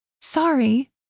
Sorry